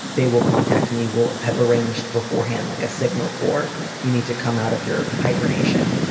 they will contact me, will have arranged beforehand like a signal for you need to come out of your hibernation.